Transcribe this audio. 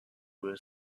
was